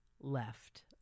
left